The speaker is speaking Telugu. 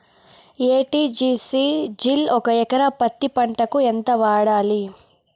ఎ.టి.జి.సి జిల్ ఒక ఎకరా పత్తి పంటకు ఎంత వాడాలి?